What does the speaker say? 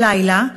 הלילה,